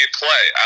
play